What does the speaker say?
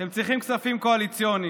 הם צריכים כספים קואליציוניים,